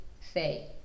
say